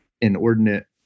inordinate